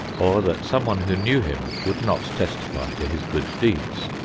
or that some one who knew him would not testify to his good deeds.